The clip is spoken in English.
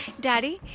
daddy,